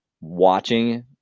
watching